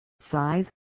size